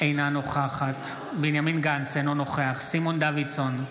אינה נוכחת בנימין גנץ, אינו נוכח סימון דוידסון,